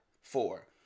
four